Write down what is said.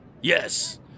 Yes